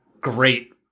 great